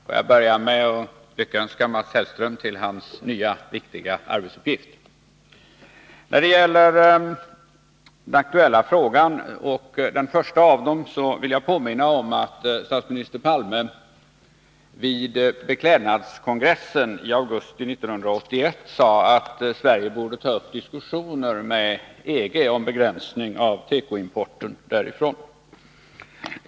Herr talman! Får jag börja med att lyckönska Mats Hellström till hans nya, viktiga arbetsuppgift. När det gäller den första av mina frågor vill jag påminna om att statsminister Palme vid Beklädnadskongressen i augusti 1981 sade att Sverige borde ta upp diskussioner med EG om begränsning av tekoimporten därifrån.